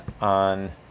on